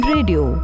Radio